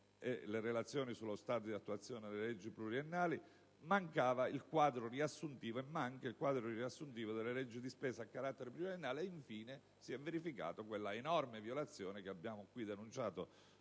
e le relazioni sullo stato di attuazione delle leggi pluriennali; manca il quadro riassuntivo delle leggi di spesa a carattere pluriennale; infine, si è verificata quella enorme violazione, che abbiamo qui denunciato